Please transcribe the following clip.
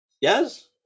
Yes